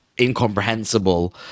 incomprehensible